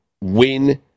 win